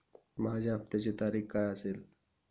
माझ्या हप्त्याची तारीख काय असेल?